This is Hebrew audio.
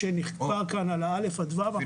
שנקבע כאן על כיתות א'-ו' אבל חושבים.